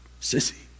sissy